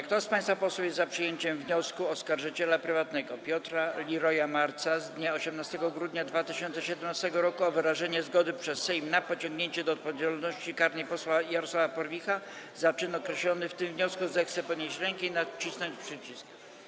Kto z państwa posłów jest za przyjęciem wniosku oskarżyciela prywatnego Piotra Liroya-Marca z dnia 18 grudnia 2017 r. o wyrażenie zgody przez Sejm na pociągnięcie do odpowiedzialności karnej posła Jarosława Porwicha za czyn określony w tym wniosku, zechce podnieść rękę i nacisnąć przycisk.